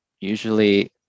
usually